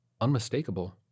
Unmistakable